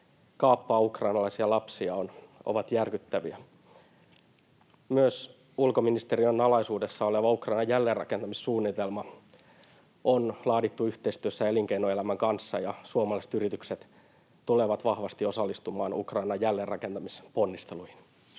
kaappaa ukrainalaisia lapsia, ovat järkyttäviä. Myös ulkoministeriön alaisuudessa oleva Ukrainan jälleenrakentamissuunnitelma on laadittu yhteistyössä elinkeinoelämän kanssa, ja suomalaiset yritykset tulevat vahvasti osallistumaan Ukrainan jälleenrakentamisponnisteluihin.